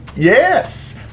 Yes